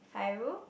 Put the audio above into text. Khairul